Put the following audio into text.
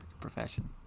profession